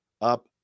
up